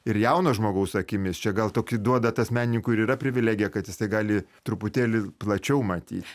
ir jauno žmogaus akimis čia gal tokį duoda tas menininkui ir yra privilegija kad jisai gali truputėlį plačiau matyti